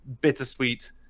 bittersweet